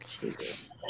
Jesus